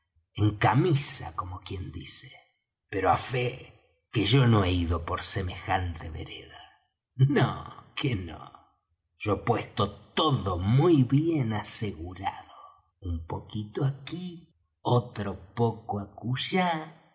en camisa como quien dice pero á fe que yo no he ido por semejante vereda no que no yo he puesto todo muy bien asegurado un poquito aquí otro poco